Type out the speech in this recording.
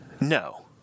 No